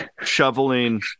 shoveling